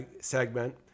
segment